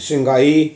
Shanghai